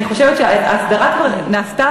אני חושבת שהסדרה כבר נעשתה,